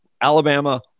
alabama